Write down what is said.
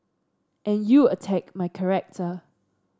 and you attack my character